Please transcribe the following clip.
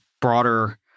broader